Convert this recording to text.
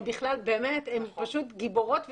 הם פשוט גיבורות וגיבורים,